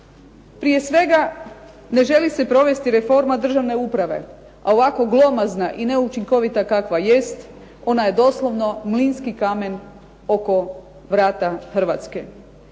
Prije svega ne želi se provesti reforma državne uprave, a ovako glomazna i neučinkovita kakva jest onda je doslovno mlinski kamen oko vrata Hrvatske.